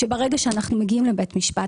ברגע שאנחנו מגיעים לבית משפט,